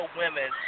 women